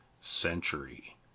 century